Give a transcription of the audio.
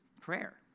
prayer